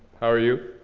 how are you?